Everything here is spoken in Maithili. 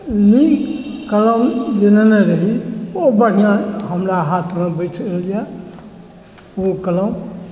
लिंक कलम जे लेने रही ओ बढ़िआँ हमरा हाथमे बैठैया ओ कलम